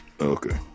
Okay